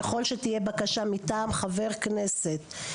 ככל שתהיה בקשה מטעם חבר כנסת,